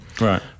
right